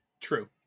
True